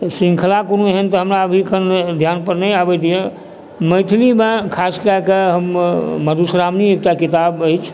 श्रृङ्खला तऽ एखन नहि यऽ कोनो ध्यानपर नहि आबैत यऽ मैथिलीमे हम खास कए कऽ मधुश्रावणी एकटा किताब अछि